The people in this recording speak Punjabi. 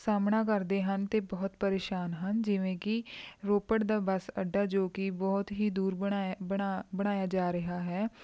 ਸਾਹਮਣਾ ਕਰਦੇ ਹਨ ਅਤੇ ਬਹੁਤ ਪਰੇਸ਼ਾਨ ਹਨ ਜਿਵੇਂ ਕਿ ਰੋਪੜ ਦਾ ਬੱਸ ਅੱਡਾ ਜੋ ਕਿ ਬਹੁਤ ਹੀ ਦੂਰ ਬਣਾਏ ਬਣਾ ਬਣਾਇਆ ਜਾ ਰਿਹਾ ਹੈ